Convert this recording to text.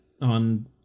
on